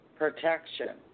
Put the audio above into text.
protection